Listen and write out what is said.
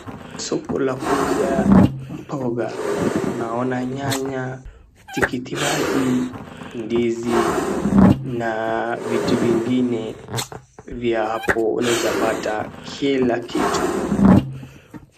Soko la kuuza mtumba, naona nyanya, tikitiki maji, ndizi na vitu vingine vya hapo unaeza pata kila kitu.